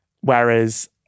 whereas